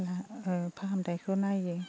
ओ फाहामथायखौ नायो